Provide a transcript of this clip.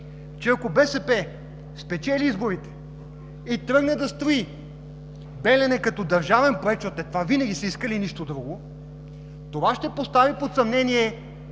че ако БСП спечели изборите и тръгне да строи „Белене“ като държавен проект, защото те винаги са искали това и нищо друго, това ще постави под съмнение